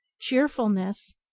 Cheerfulness